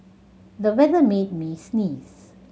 the weather made me sneeze